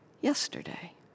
yesterday